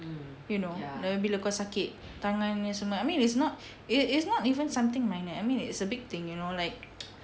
you know then bila kau sakit tangan ni semua I mean it's not it's not even something minor I mean is a big thing you know like